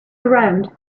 around